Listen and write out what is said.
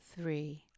three